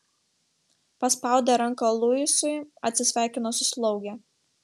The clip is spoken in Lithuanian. paspaudė ranką luisui atsisveikino su slauge